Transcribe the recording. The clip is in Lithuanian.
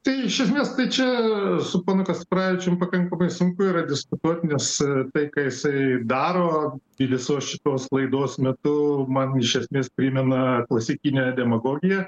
tai iš esmės tai čia su ponu kasparavičium pakankamai sunku yra diskutuot nes tai ką jisai daro ir visos šitos laidos metu man iš esmės primena klasikinę demagogiją